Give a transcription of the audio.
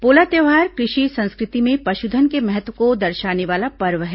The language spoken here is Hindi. पोला त्यौहार कृषि संस्कृति में पशुधन के महत्व को दर्शाने वाला पर्व है